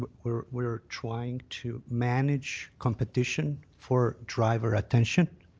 we're we're trying to manage competition for driver attention.